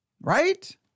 Right